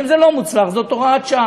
אם זה לא מוצלח, זאת הוראת שעה.